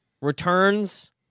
returns